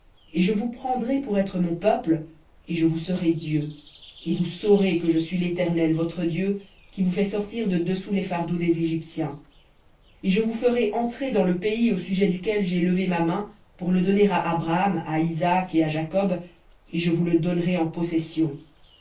et je vous prendrai pour être mon peuple et je vous serai dieu et vous saurez que je suis l'éternel votre dieu qui vous fais sortir de dessous les fardeaux des égyptiens et je vous ferai entrer dans le pays au sujet duquel j'ai levé ma main pour le donner à abraham à isaac et à jacob et je vous le donnerai en possession